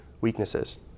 weaknesses